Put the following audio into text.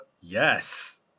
Yes